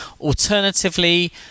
Alternatively